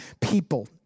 people